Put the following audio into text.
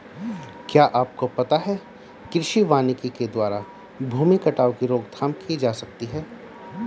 क्या आपको पता है कृषि वानिकी के द्वारा भूमि कटाव की रोकथाम की जा सकती है?